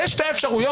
אלה שתי האפשרויות.